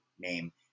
name